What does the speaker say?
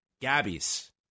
Gabby's